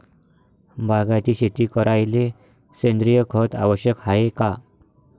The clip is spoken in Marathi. बागायती शेती करायले सेंद्रिय खत आवश्यक हाये का?